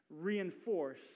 reinforce